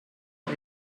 ate